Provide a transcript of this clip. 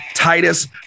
Titus